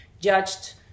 judged